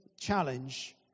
challenge